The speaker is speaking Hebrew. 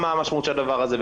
מה המשמעות של הדבר הזה,